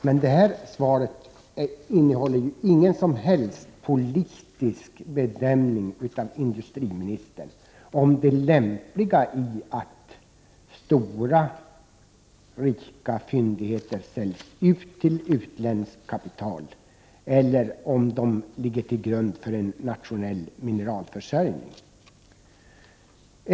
Men det här svaret innehåller ju ingen som helst politisk bedömning av industriministern — om det är lämpligt att stora, rika fyndigheter säljs ut till utländskt kapital, eller om de skall ligga till grund för en nationell mineralförsörjning.